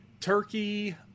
turkey